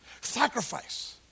Sacrifice